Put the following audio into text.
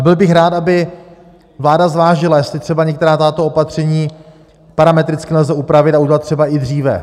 Byl bych rád, aby vláda zvážila, jestli třeba některá tato opatření parametricky nelze upravit a udělat třeba i dříve.